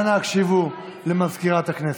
אנא הקשיבו למזכירת הכנסת.